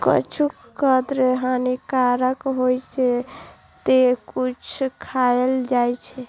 किछु कंद हानिकारक होइ छै, ते किछु खायल जाइ छै